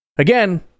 Again